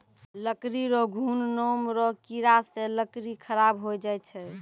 लकड़ी रो घुन नाम रो कीड़ा से लकड़ी खराब होय जाय छै